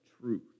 truth